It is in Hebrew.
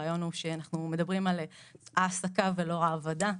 הרעיון הוא שאנחנו מדברים על העסקה ולא העבדה.